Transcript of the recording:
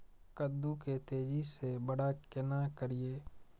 कद्दू के तेजी से बड़ा केना करिए?